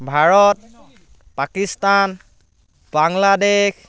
Bharat Pakistan Bangladesh